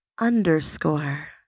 underscore